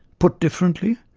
put differently,